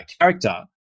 character